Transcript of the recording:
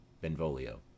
Benvolio